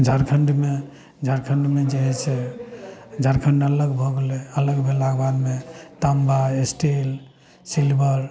झारखण्डमे झारखण्डमे जे हइ से झारखण्ड अलग भऽ गेलय अलग भेलाके बादमे ताँबा स्टील सील्वर